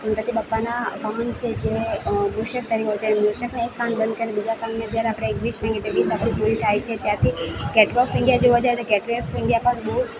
ગણપતિ બાપાના વાહન છે જે મૂષક હોય છે એ મૂષકને એક કાન બંદ હોય છે અને બીજા કાનમાં જ્યારે આપણે જે વિશ માંગી તે વિશ આપણી પૂરી થાય છે ત્યાંથી ગેટવે ઓફ ઈન્ડિયા જોવા જાઈ તો ગેટવે ઓફ ઈન્ડિયા પણ બહુ જ